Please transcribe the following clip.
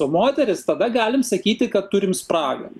o moteris tada galim sakyti kad turim spragą